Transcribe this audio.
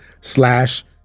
slash